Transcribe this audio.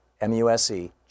M-U-S-E